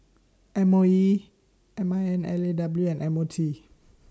M O E M I N L A W and M O T